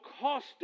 cost